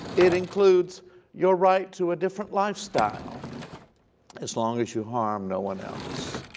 it includes your right to a different lifestyle as long as you harm no one else,